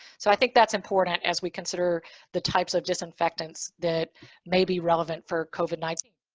so i think that's important as we consider the types of disinfectants that may be relevant for covid nineteen.